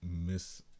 miss